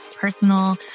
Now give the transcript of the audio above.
personal